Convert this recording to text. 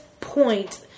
point